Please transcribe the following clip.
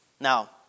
Now